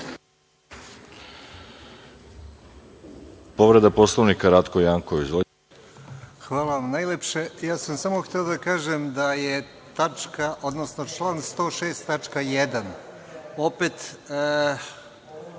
Hvala vam najlepše. Ja sam samo hteo da kažem da je član 106. tačka